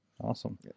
Awesome